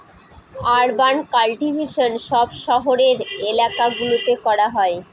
urban cultivation সব শহরের এলাকা গুলোতে করা হয়